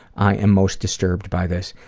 i am most disturbed by this.